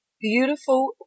beautiful